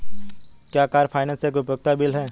क्या car finance एक उपयोगिता बिल है?